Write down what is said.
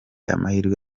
amahirwe